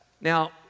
Now